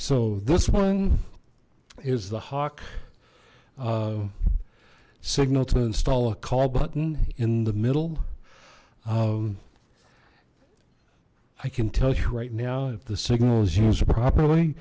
so this one is the hawk signal to install a call button in the middle i can tell you right now if the signal is used properly